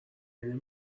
نمی